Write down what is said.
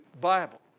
Bible